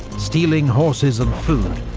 stealing horses and food,